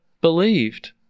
believed